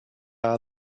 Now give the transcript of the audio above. are